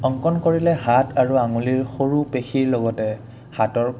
অংকন কৰিলে হাত আৰু আঙুলিৰ সৰু পেশীৰ লগতে হাতৰ